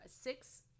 six